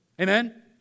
Amen